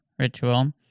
ritual